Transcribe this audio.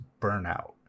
burnout